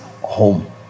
home